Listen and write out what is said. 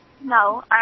No